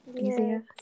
easier